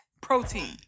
protein